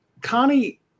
Connie